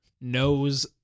knows